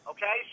Okay